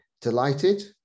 delighted